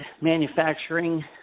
manufacturing